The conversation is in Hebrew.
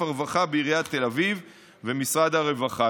הרווחה בעיריית תל אביב ומשרד הרווחה.